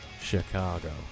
Chicago